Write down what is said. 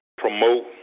Promote